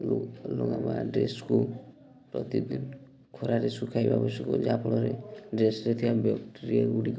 ଲୁଗା ବା ଡ୍ରେସ୍କୁ ପ୍ରତିଦିନ ଖରାରେ ଶୁଖାଇବା ଆବଶ୍ୟକ ଯାହାଫଳରେ ଡ୍ରେସ୍ରେ ଥିବା ବ୍ୟକ୍ଟେରିଆ ଗୁଡ଼ିକ